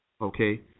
Okay